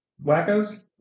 wackos